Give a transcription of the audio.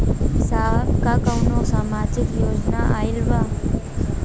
साहब का कौनो सामाजिक योजना आईल बा?